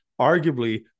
Arguably